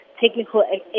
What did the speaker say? technical